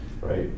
right